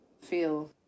feel